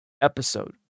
episode